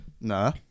no